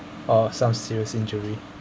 or some serious injury